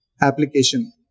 application